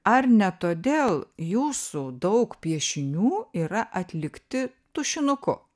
ar ne todėl jūsų daug piešinių yra atlikti tušinuku